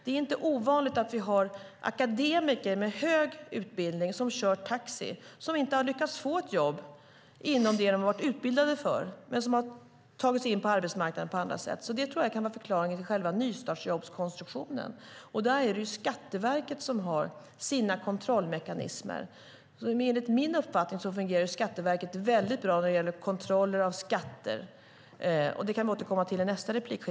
Det är inte ovanligt att vi har akademiker med hög utbildning som kör taxi som inte har lyckats få ett jobb inom det som de har varit utbildade för men som har tagit sig in på arbetsmarknaden på andra sätt. Det tror jag kan vara förklaringen till själva nystartsjobbskonstruktionen. Där är det Skatteverket som har sina kontrollmekanismer. Enligt min uppfattning fungerar Skatteverket väldigt bra när det gäller kontroller av skatter. Det kan vi återkomma till i nästa inlägg.